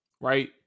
right